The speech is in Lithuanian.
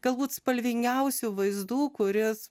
galbūt spalvingiausių vaizdų kuris